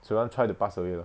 you want try the pass away [one]